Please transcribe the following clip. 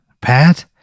pat